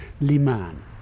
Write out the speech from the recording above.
Liman